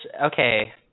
okay